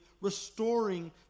restoring